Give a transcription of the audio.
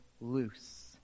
loose